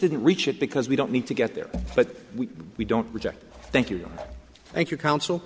didn't reach it because we don't need to get there but we don't reject thank you thank you counsel